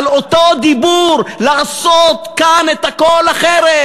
על אותו דיבור לעשות כאן את הכול אחרת.